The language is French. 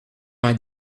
vingt